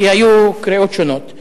כי היו קריאות שונות.